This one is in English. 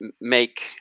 make